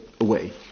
away